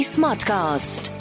Smartcast